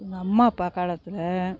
எங்கள் அம்மா அப்பா காலத்தில்